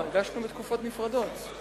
הגשנו בתקופות נפרדות.